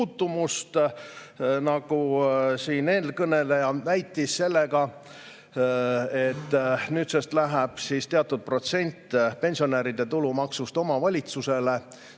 nagu siin eelkõneleja väitis, sellega, et nüüdsest läheb teatud protsent pensionäride tulumaksust omavalitsusele.